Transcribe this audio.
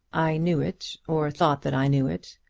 i knew it, or thought that i knew it.